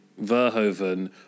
Verhoeven